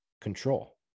control